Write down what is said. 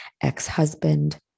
ex-husband